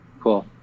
cool